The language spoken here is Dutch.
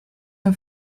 een